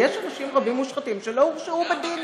ויש אנשים רבים מושחתים שלא הורשעו בדין,